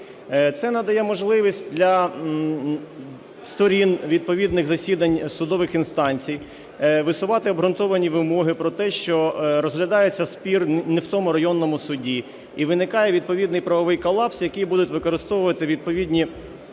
Це надає можливість для сторін відповідних засідань судових інстанцій висувати обґрунтовані вимоги про те, що розглядається спір не в тому районному суді, і виникає відповідний правовий колапс, який будуть використовувати відповідні